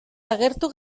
agertu